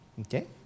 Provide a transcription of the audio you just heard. Okay